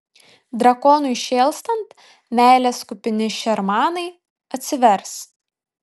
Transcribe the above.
drakonui šėlstant meilės kupini šermanai atsivers